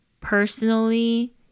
personally